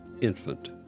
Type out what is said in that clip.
infant